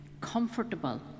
comfortable